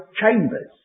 chambers